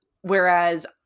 Whereas